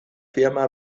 firma